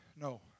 no